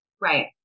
Right